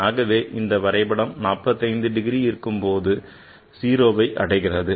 ஆகவே இந்த வரைபடம் 45 இருக்கும் போது 0வை அடைகிறது